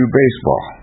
baseball